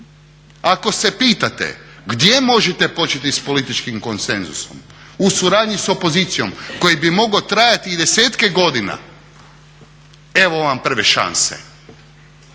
Ako se pitate gdje možete početi sa političkim konsenzusom, u suradnji sa opozicijom koji bi mogao trajati i desetke godina, evo vam prve šanse.